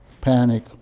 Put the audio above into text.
panic